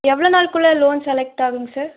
எவ்வளோ நாளுக்குள்ள loan select ஆகும்ங்க சார்